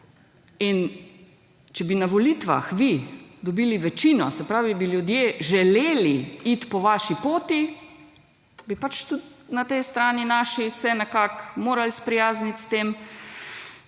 in če bi na volitvah vi dobili večino, se pravi, bi ljudje želeli iti po vaši poti, bi pač tudi na tej strani naši se nekako morali sprijazniti s tem,